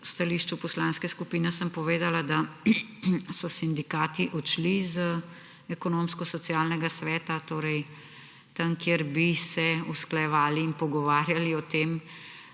v stališču poslanske skupine sem povedala, da so sindikati odšli z Ekonomsko-socialnega sveta, torej od tam, kjer bi se usklajevali in pogovarjali o tem